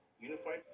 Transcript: unified